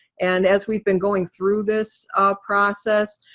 and as we've been going through this process,